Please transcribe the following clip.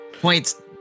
points